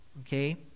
Okay